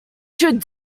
should